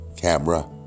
camera